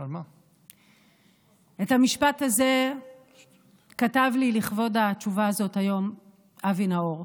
את המשפט הזה כתב לי לכבוד התשובה הזאת היום אבי נאור,